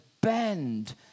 bend